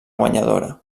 guanyadora